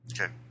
Okay